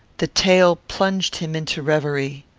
the tale plunged him into reverie.